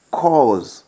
cause